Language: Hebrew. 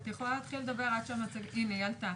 את יכולה להתחיל עד המצגת הינה, היא עלתה.